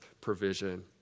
provision